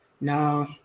no